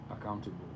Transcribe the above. accountable